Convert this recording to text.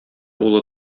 улы